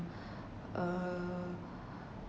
err